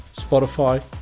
Spotify